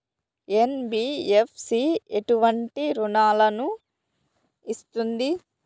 NBFC ఎటువంటి రుణాలను ఇస్తుంది?